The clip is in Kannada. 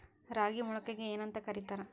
ರಾಗಿ ಮೊಳಕೆಗೆ ಏನ್ಯಾಂತ ಕರಿತಾರ?